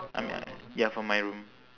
I mean uh ya from my room